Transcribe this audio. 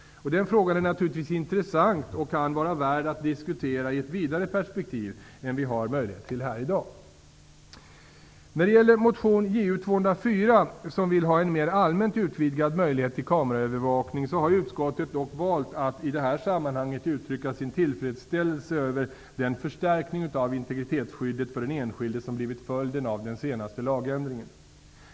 Den frågan är naturligtvis intressant och kan vara värd att diskutera i ett vidare perspektiv än vad vi har möjlighet till i dag. När det gäller motion Ju204, som vill ha en mer allmänt utvidgad möjlighet till kameraövervakning, har utskottet valt att i det här sammanhanget uttrycka sin tillfredsställelse över den förstärkning av integritetsskyddet för den enskilde som blivit följden av den senaste lagändringen.